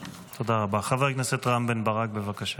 חבר הכנסת כץ.